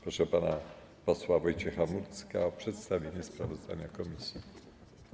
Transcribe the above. Proszę pana posła Wojciecha Murdzka o przedstawienie sprawozdania komisji.